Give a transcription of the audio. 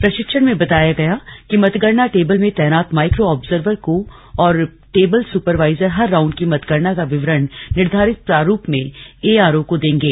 प्रशिक्षण में बताया गया कि मतगणना टेबल में तैनात माइक्रो आब्जर्वर और टेबल सुपरवाइजर हर राउंड की मतगणना का विवरण निर्धारित प्रारूप में एआरओ को देंगे